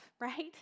right